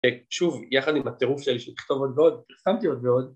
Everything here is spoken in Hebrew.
שוב, יחד עם הטירוף שלי, של לכתוב עוד ועוד, פרסמתי עוד ועוד.